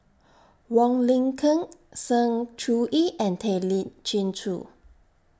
Wong Lin Ken Sng Choon Yee and Tay Lee Chin Joo